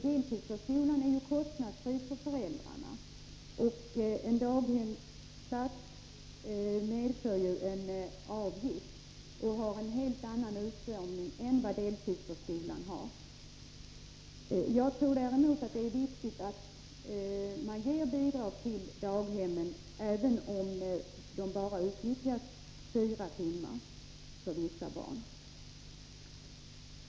Deltidsförskolan är kostnadsfri för föräldrarna, och en daghemsplats medför en avgift för föräldrarna. Det är fråga om en helt annan utformning än vad som gäller för deltidsförskolan. Jag tror däremot att det är viktigt att man ger bidrag till daghem, även om de bara utnyttjas fyra timmar för vissa barn.